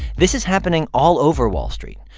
this is happening all over wall street.